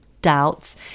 doubts